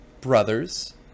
brothers